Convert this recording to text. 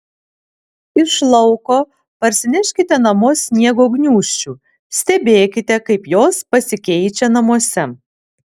iš lauko parsineškite namo sniego gniūžčių stebėkite kaip jos pasikeičia namuose